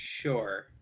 Sure